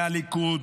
מהליכוד